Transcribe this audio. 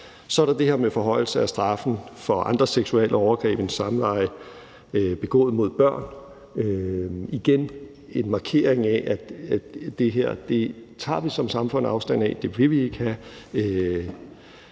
Så er der det her med forhøjelse af straffen for andre seksuelle overgreb end samleje begået mod børn. Igen er der en markering af, at det her tager vi som samfund afstand fra; det vil vi ikke have.